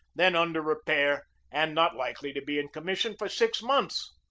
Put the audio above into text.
then under repair and not likely to be in commission for six months.